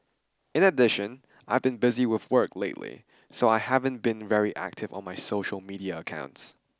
in addition I've been busy with work lately so I haven't been very active on my social media accounts